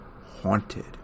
Haunted